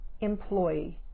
employee